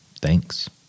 Thanks